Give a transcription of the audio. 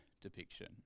depiction